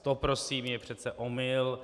To prosím je přece omyl.